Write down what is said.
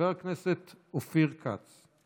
חבר הכנסת אופיר כץ.